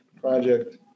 project